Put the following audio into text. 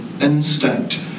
instinct